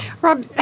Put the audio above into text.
Rob